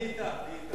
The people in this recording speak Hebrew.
אני אתך.